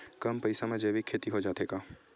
कम पईसा मा जैविक खेती हो जाथे का?